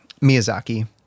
miyazaki